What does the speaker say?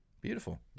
Beautiful